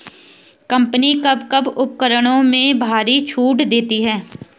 Company कब कब उपकरणों में भारी छूट देती हैं?